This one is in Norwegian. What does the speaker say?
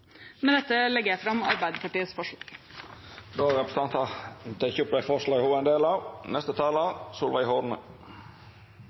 Med dette legger jeg fram forslagene Arbeiderpartiet er en del av.